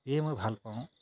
ইয়ে মই ভাল পাওঁ